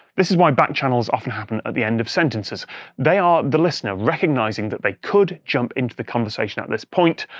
this is why backchannels often happen at the end of sentences they are the listener recognizing that they could jump into the conversation at this point,